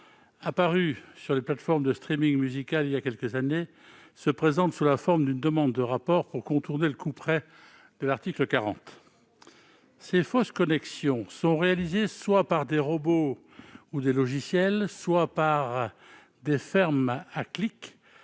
apparu sur les plateformes de musical voilà quelques années, et se présente sous la forme d'une demande de rapport pour contourner le couperet de l'article 40. Ces fausses connexions sont réalisées soit par des robots ou des logiciels, soit par des « fermes à clics